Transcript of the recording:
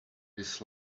pays